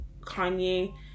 Kanye